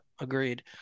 Agreed